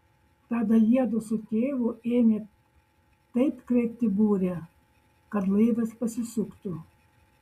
tada jiedu su tėvu ėmė taip kreipti burę kad laivas pasisuktų